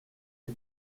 est